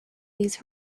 these